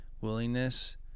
willingness